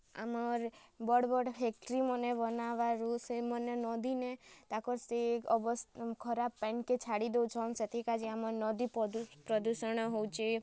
ଆମର୍ ବଡ଼୍ ବଡ଼୍ ଫେକ୍ଟ୍ରିମନେ ବନାବାରୁ ସେମନେ ନଦୀନେ ତାକର୍ ସେ ଖରାପ୍ ପାନ୍କେ ଛାଡ଼ି ଦଉଛନ୍ ସେଥିର୍କାଜି ଆମର୍ ନଦୀ ପ୍ରଦୂଷଣ ହଉଛେ